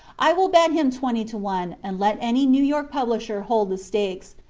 i will bet him twenty to one, and let any new york publisher hold the stakes,